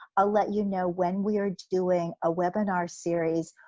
i'll let you know when we are doing a webinar series,